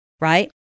right